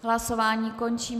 Hlasování končím.